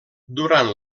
durant